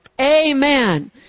Amen